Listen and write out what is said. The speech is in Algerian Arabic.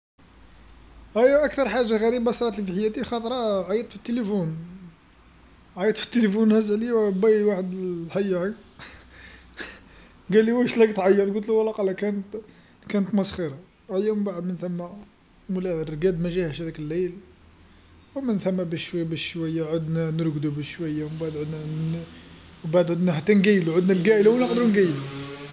أيا أكثر حاجه غريبه صراتلي في حياتي خطره عيطت في التليفون، عيطت في التيليفون هز عليا بي وحد ال- الحيه هاك، قالي واش اللي راك تعيط، قلتله وقيلا كان- كانت تمسخيره، أيا ومن بعد من ثم مولاه الرقاد ماجاهش هذاك الليل ومن ثم بشويه بشويه عدنا نرقدو بشويه، ومن بعد عدنا ن ن، من بعد عدنا حتى نقيلو، عدنا القايله ونقدرو نقيلو.